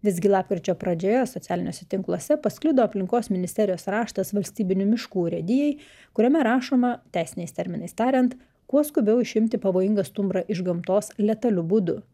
visgi lapkričio pradžioje socialiniuose tinkluose pasklido aplinkos ministerijos raštas valstybinių miškų urėdijai kuriame rašoma teisiniais terminais tariant kuo skubiau išimti pavojingą stumbrą iš gamtos letaliu būdu